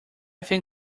think